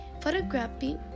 photography